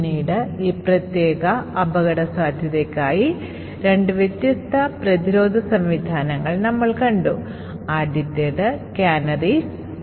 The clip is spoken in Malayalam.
അതിനാൽ പ്രധാനമായും ആക്രമണകാരി ചെയ്യേണ്ടത് ബഫറിനെ കവിഞ്ഞൊഴുകുന്നതിലൂടെ സ്റ്റാക്കിലുള്ള റിട്ടേൺ വിലാസം ഓവർറൈറ്റ് ചെയ്യുക എന്നതാണ്